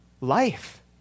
life